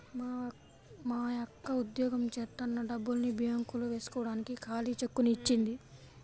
మా అక్క ఉద్యోగం జేత్తన్న డబ్బుల్ని బ్యేంకులో వేస్కోడానికి ఖాళీ చెక్కుని ఇచ్చింది